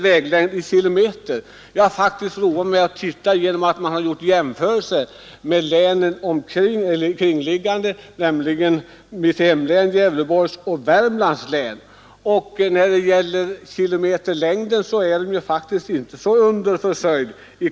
I betänkandet finns jämförande statistik beträffande skogsbruket i Kopparbergs län och kringliggande län, och jag har faktiskt roat mig med att jämföra väglängder i Kopparbergs län, mitt hemlän — Gävleborgs län — och Värmlands län. När det gäller kilometerlängden är inte Kopparbergs län särskilt underförsörjt.